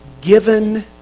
given